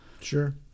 Sure